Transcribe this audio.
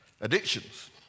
addictions